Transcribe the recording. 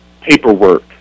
paperwork